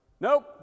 Nope